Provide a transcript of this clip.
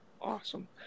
Awesome